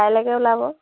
কাইলৈকে ওলাব